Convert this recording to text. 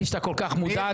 פרעות זה להשבית נמל תעופה.